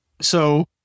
So-